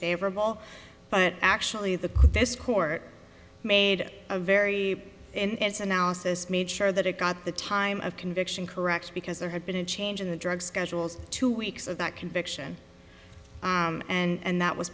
favorable but actually the court made a very and its analysis made sure that it got the time of conviction correct because there had been a change in the drug schedules two weeks of that conviction and that was